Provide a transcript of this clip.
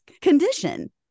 condition